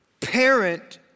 parent